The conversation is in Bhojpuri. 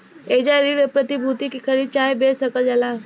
एइजा ऋण प्रतिभूति के खरीद चाहे बेच सकल जाला